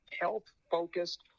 health-focused